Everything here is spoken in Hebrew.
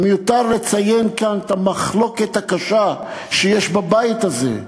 מיותר לציין כאן את המחלוקת הקשה שיש בבית הזה,